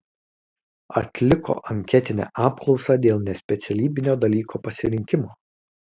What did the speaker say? atliko anketinę apklausą dėl nespecialybinio dalyko pasirinkimo